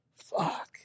Fuck